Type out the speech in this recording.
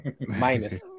minus